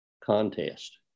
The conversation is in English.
contest